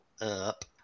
up